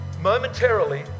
momentarily